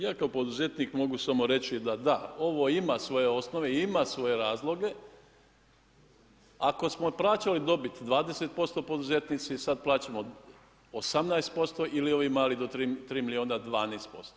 Ja kao poduzetnik mogu samo reći da da, ovo ima svoje osnove i ima svoje razloge, ako smo plaćali dobit 20% poduzetnici, sad plaćamo 18% ili ovi mali do 3 milijuna 12%